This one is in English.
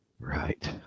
Right